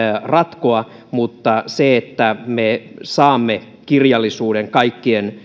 ratkoa mutta se että me saamme kirjallisuuden kaikkien